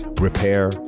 repair